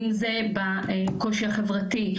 אם זה בקושי החברתי,